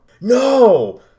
No